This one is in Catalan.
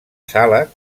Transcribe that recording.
sala